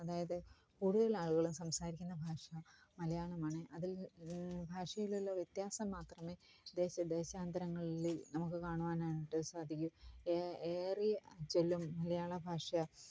അതായത് കൂടുതലുമാളുകളും സംസാരിക്കുന്ന ഭാഷ മലയാളമാണ് അതിൽ ഭാഷയിലുള്ള വ്യത്യാസം മാത്രമേ ദേശ ദേശാന്തരങ്ങളിൽ നമുക്ക് കാണുവാനായിട്ട് സാധിക്കും ഏ ഏറെ ചൊല്ലും മലയാളഭാഷ